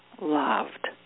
loved